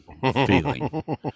feeling